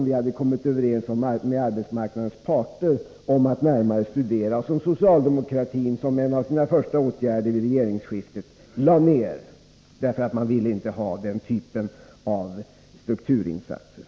Vi hade kommit överens med arbetsmarknadens parter om att närmare studera detta, men socialdemokraterna gjorde till en av sina första uppgifter vid regeringsskiftet att lägga ned saken, därför att de inte ville ha den typen av strukturinsatser.